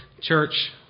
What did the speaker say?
Church